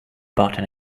button